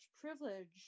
privilege